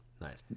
Nice